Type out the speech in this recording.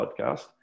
podcast